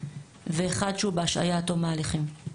ואחד שהוא בהשעיה עד תום ההליכים.